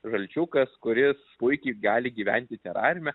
žalčiukas kuris puikiai gali gyventi terariume